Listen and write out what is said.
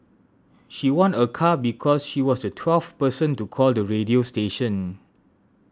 she won a car because she was the twelfth person to call the radio station